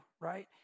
right